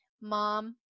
mom